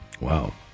Wow